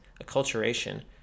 acculturation